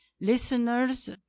listeners